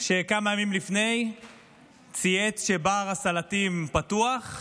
שכמה ימים לפני צייץ שבר הסלטים פתוח.